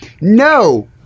No